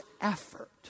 effort